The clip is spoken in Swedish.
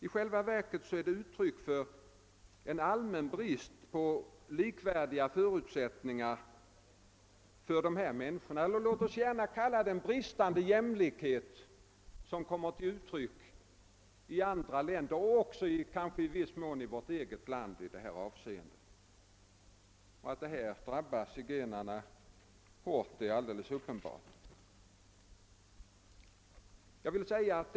I själva verket är det hela uttryck för en allmän brist på likvärdiga förutsättningar, låt oss gärna kalla det bristande jämlikhet, något som förekommer både i andra länder och i vårt land i dessa avseenden. Det är också uppenbart att zigenarna drabbas hårt.